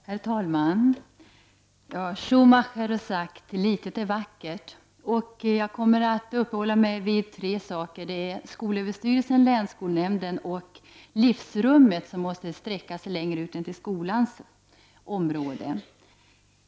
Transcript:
Herr talman! Schumacher har sagt att litet är vackert. Jag kommer att uppehålla mig vid tre saker, och det är skolöverstyrelsen, länsskolnämnden och livsrummet, som måste sträcka sig längre ut än till skolans område.